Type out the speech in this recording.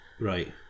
Right